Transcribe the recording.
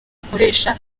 akoresha